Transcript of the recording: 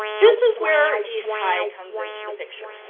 this is where east high comes into the picture.